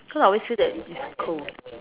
because I always feel that it is cold